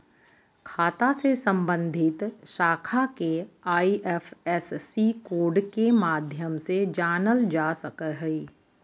खाता से सम्बन्धित शाखा के आई.एफ.एस.सी कोड के माध्यम से जानल जा सक हइ